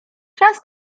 czas